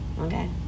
okay